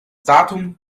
datum